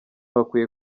bakwiye